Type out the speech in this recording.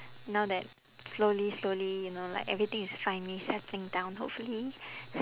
now that slowly slowly you know like everything is finally settling down hopefully